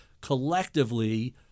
collectively